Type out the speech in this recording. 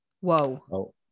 whoa